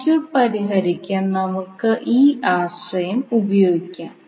circuit പരിഹരിക്കാൻ നമുക്ക് ഈ ആശയം ഉപയോഗിക്കാം